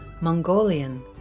Mongolian